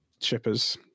shippers